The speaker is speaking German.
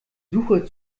suche